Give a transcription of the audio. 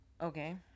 Okay